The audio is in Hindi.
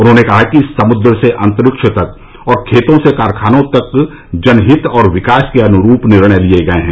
उन्होंने कहा कि समुद्र से अंतरिक्ष तक और खेतों से कारखानों तक जन हित और विकास के अनुरूप निर्णय लिए गए हैं